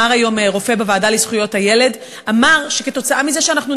היום אמר רופא בוועדה לזכויות הילד שעקב זה שאנחנו